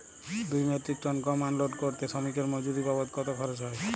দুই metric ton গম unload করতে শ্রমিক এর মজুরি বাবদ কত খরচ হয়?